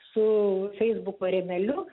su feisbuko rėmeliu